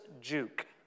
juke